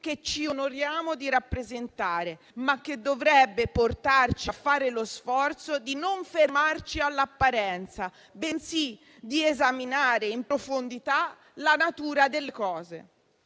che ci onoriamo di rappresentare, ma che dovrebbe portarci a fare lo sforzo di non fermarci all'apparenza, bensì di esaminare in profondità la natura delle cose.